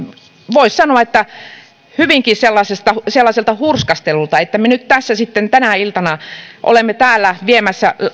voisi sanoa hyvinkin sellaiselta hurskastelulta että me nyt tässä sitten tänä iltana olemme täällä viemässä